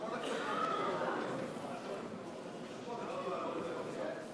אם היא נמצאת פה היא צריכה להקריא.